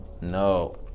No